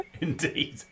indeed